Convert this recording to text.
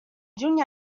juny